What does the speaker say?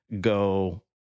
go